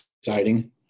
exciting